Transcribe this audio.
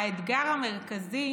האתגר המרכזי